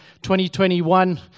2021